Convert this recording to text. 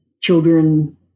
children